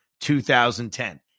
2010